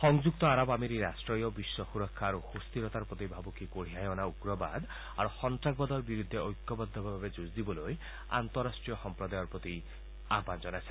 সংযুক্ত আৰব আমিৰি ৰাট্টয়ো বিশ্ব সুৰক্ষা আৰু সুস্থিৰতাৰ প্ৰতি ভাবুকি কঢ়িয়াই অনা উগ্ৰবাদ আৰু সন্ত্ৰাসবাদৰ বিৰুদ্ধে ঐক্যবদ্ধভাৱে যুঁজ দিবলৈ আন্তঃৰাষ্ট্ৰীয় সম্প্ৰদায়ৰ প্ৰতি আহান জনাইছে